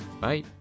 Bye